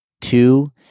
Two